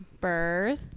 birth